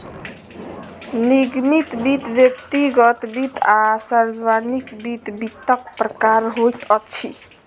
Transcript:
निगमित वित्त, व्यक्तिगत वित्त आ सार्वजानिक वित्त, वित्तक प्रकार होइत अछि